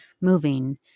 moving